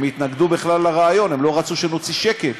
הם התנגדו בכלל לרעיון, הם לא רצו שנוציא שקל.